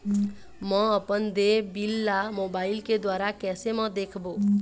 म अपन देय बिल ला मोबाइल के द्वारा कैसे म देखबो?